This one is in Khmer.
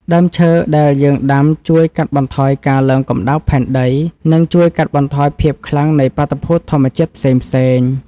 ដើមឈើដែលយើងដាំជួយកាត់បន្ថយការឡើងកម្តៅផែនដី និងជួយកាត់បន្ថយភាពខ្លាំងនៃបាតុភូតធម្មជាតិផ្សេងៗ។